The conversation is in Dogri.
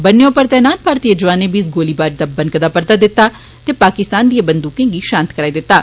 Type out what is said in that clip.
ब'न्ने उप्पर तैनात भारतीय जोआनें बी इस गोलीबारी दा बनकदा परता दित्ता ते पाकिस्तान दियें बंदूकें गी षांत कराई दित्ता